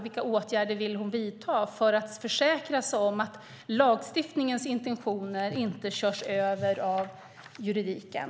Vilka åtgärder vill hon vidta för att försäkra sig om att lagstiftningens intentioner inte körs över av juridiken?